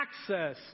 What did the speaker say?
access